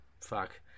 Fuck